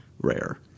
rare